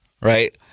Right